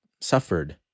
suffered